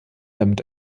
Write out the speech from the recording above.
damit